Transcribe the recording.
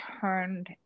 turned